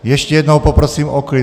Ještě jednou poprosím o klid.